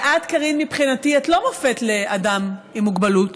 ואת, קארין, מבחינתי את לא מופת לאדם עם מוגבלות,